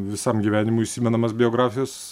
visam gyvenimui įsimenamas biografijos